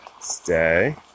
stay